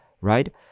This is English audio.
right